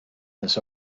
this